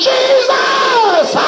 Jesus